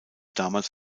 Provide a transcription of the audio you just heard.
damals